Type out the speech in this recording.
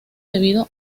debido